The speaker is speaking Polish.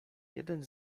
jeden